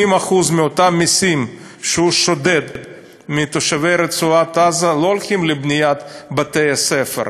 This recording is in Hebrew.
80% מאותם מסים שהוא שודד מתושבי רצועת-עזה לא הולכים לבניית בתי-ספר,